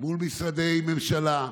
מול משרדי ממשלה,